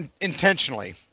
Intentionally